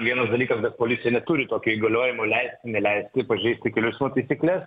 vienas dalykas bet policija neturi tokio įgaliojimo leisti neleisti pažeisti kelių eismo taisykles